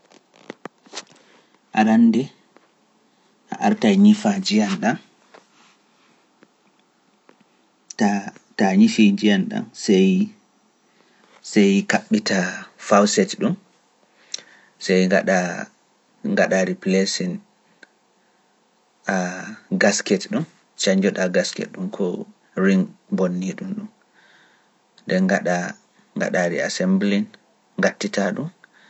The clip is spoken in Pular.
Arande ndiyam dan nden mabbita faucet nden canjoda gasket dun heddi ko ngadata reassembling